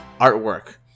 artwork